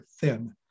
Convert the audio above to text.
thin